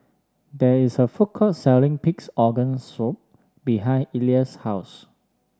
there is a food court selling Pig's Organ Soup behind Elia's house